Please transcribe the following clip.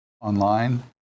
online